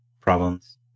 problems